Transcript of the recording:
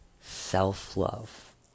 self-love